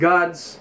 God's